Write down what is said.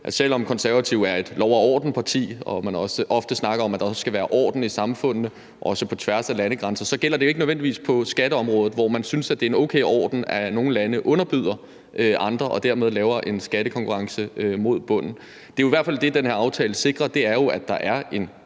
selv om Konservative er et lov og orden-parti og man også ofte snakker om, at der skal være orden i samfundene, også på tværs af landegrænser, gælder det jo ikke nødvendigvis på skatteområdet, hvor man synes, at det er en okay orden, at nogle lande underbyder andre og dermed laver en skattekonkurrence mod bunden. Det er jo i hvert fald det, den her aftale sikrer. Det er jo, at der er en